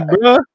bro